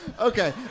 Okay